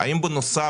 האם בנוסף,